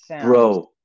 Bro